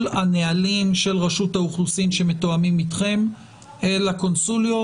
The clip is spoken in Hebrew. הנהלים של רשות האוכלוסין שמתואמים אתכם אל הקונסוליות.